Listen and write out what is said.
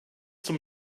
zum